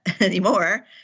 anymore